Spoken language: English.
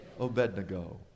Obednego